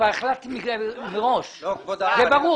זה ברור.